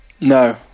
no